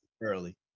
early